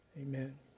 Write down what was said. Amen